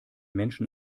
menschen